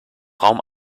raum